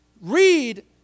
read